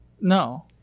No